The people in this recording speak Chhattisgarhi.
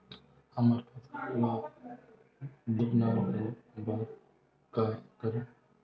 हमर फसल ल घुना ले बर का करन?